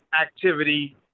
activity